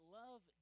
love